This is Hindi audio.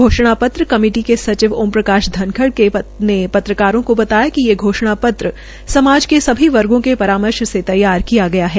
घोषणा पत्र कमेटी के सचिव ओम प्रकाश धनखड़ ने पत्रकारें को बताया कि ये घोषणा पत्र समाज के सभी वर्गो के परामर्श से तैयार किया गया है